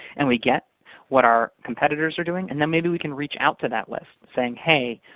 and we get what our competitors are doing. and then maybe we can reach out to that list, saying, hey,